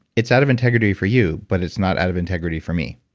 it's out of integrity for you, but it's not out of integrity for me